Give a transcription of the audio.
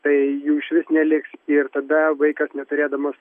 tai jų išvis neliks ir tada vaikas neturėdamas